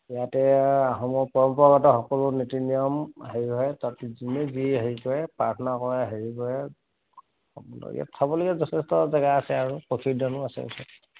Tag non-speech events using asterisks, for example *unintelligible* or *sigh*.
ইয়াতে আহোমৰ পৰম্পৰাগত সকলো নীতি নিয়ম হেৰি হয় তাত যোনে যি হেৰি কৰে প্ৰাৰ্থনা কৰে হেৰি কৰে ইয়াত চাবলগীয়া যথেষ্ট জেগা আছে আৰু *unintelligible* আছে